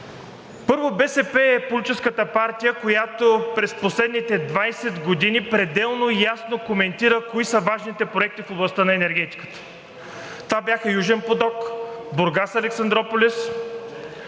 Първо, БСП е политическата партия, която през последните 20 години пределно ясно коментира кои са важните проекти в областта на енергетиката. Това бяха Южен поток, Бургас – Александруполис,